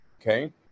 Okay